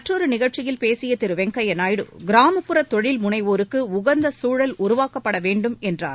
மற்றொரு நிகழ்ச்சியில் பேசிய திரு வெங்கையா நாயுடு கிராமப்புற தொழில் முனைவோருக்கு உகந்த சூழல் உருவாக்கப்பட வேண்டும் என்றார்